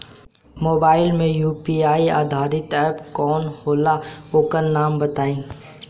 Mobile म UPI आधारित app कौन होला ओकर नाम बताईं?